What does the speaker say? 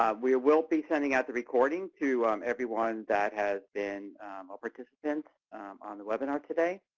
ah we will be sending out the recording to everyone that has been a participant on the webinar today.